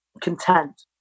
content